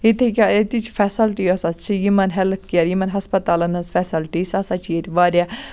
ییٚتہ کیٛاہ ییٚتِچ فیسَلٹی ہَسا چھِ یِمَن ہیٚلتھ کِیر یِمَن ہَسپَتالَن ہٕنٛز فیسَلٹی سۄ ہَسا چھِ ییٚتہِ واریاہ